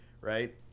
right